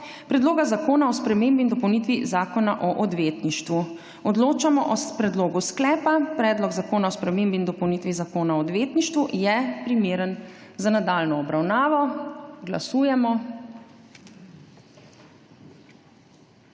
Predloga zakona o spremembi in dopolnitvi Zakona o odvetništvu. Odločamo o predlogu slepa: Predlog zakona o spremembi in dopolnitvi Zakona o odvetništvu je primeren za nadaljnjo obravnavo. Glasujemo.